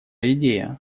идея